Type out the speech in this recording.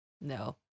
no